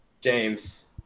James